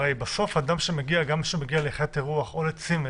הרי בסוף אדם שמגיע, ליחידת אירוח או צימר